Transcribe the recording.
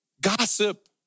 gossip